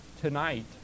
tonight